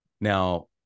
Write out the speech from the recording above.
Now